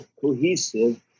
cohesive